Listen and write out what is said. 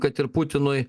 kad ir putinui